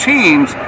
teams